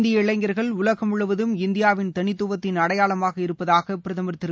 இந்திய இளைஞர்கள் உலகம் முழுவதும் இந்தியாவின் தனித்துவத்தின் அடையாளமாக இருப்பதாக பிரதமர் திரு